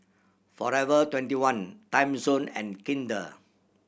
Forever Twenty one Timezone and Kinder